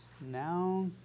Now